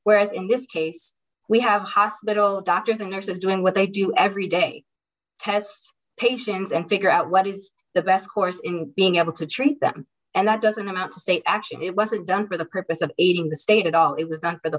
whereas in this case we have hospital doctors and nurses doing what they do every day test patients and figure out what is the best course in being able to treat them and that doesn't amount to state action it wasn't done for the purpose of aiding the state at all it was not for the